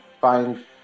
find